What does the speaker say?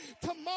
Tomorrow